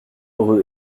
rue